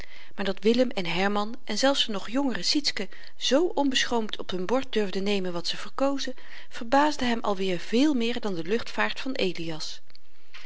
maar dat willem en herman en zelfs de nog jongere sietske zoo onbeschroomd op hun bord durfden nemen wat ze verkozen verbaasde hem alweer veel meer dan de luchtvaart van elias